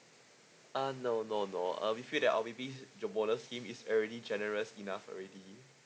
uh no no no uh we feel that our baby bonus scheme is already generous enough already